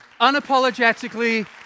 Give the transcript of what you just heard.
Unapologetically